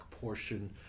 portion